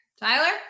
tyler